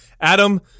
Adam